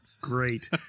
Great